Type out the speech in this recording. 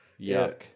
Yuck